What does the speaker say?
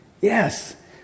Yes